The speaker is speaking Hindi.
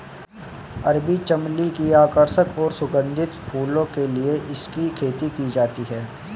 अरबी चमली की आकर्षक और सुगंधित फूलों के लिए इसकी खेती की जाती है